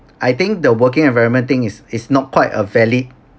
I think the working environment thing is is not quite a valid